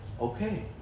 Okay